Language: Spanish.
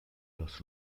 los